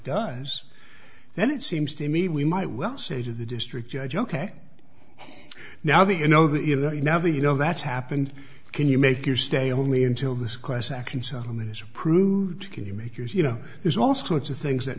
does then it seems to me we might well say to the district judge ok now that you know that you know you never you know that's happened can you make your stay only until this class action settlement is approved can you make yours you know there's all sorts of things that